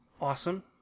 awesome